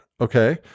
Okay